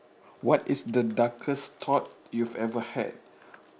what is the darkest thought you've ever had